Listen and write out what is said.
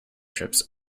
trips